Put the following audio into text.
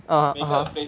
uh (uh huh)